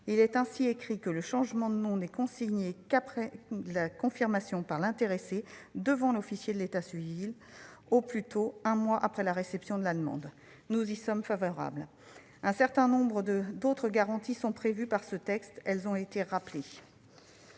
Il est ainsi écrit que « le changement de nom n'est consigné qu'après confirmation par l'intéressé devant l'officier de l'état civil, au plus tôt un mois après la réception de la demande. » Nous sommes favorables à cette rédaction. Un certain nombre d'autres garanties sont prévues par ce texte. Elles ont été rappelées.